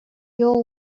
your